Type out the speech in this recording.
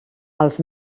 els